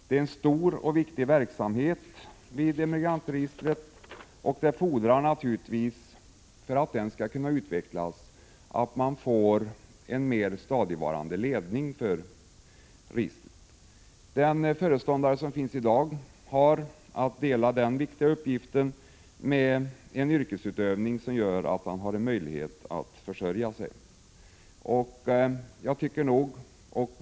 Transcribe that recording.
Det är en stor och viktig verksamhet som bedrivs vid Emigrantregistret, och det fordras naturligtvis för att den skall kunna utvecklas att man får en mer stadigvarande ledning för registret. Den föreståndare som finns i dag har att dela den viktiga uppgiften med en yrkesutövning som gör att han har en möjlighet att försörja sig.